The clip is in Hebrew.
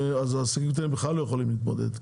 עסקים קטנים בכלל לא יכולים להתמודד,